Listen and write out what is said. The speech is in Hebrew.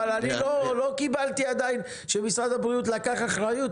אבל אני לא קיבלתי עדיין שמשרד הבריאות לקח אחריות.